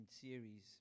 series